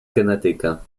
genetyka